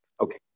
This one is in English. Okay